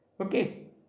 Okay